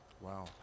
Wow